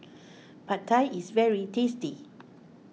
Pad Thai is very tasty